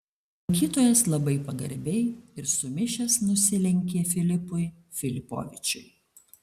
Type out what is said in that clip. lankytojas labai pagarbiai ir sumišęs nusilenkė filipui filipovičiui